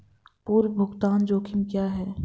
पूर्व भुगतान जोखिम क्या हैं?